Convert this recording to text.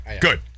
Good